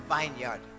vineyard